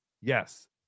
Yes